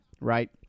right